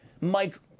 Mike